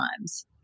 times